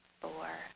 four